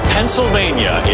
Pennsylvania